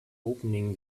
opening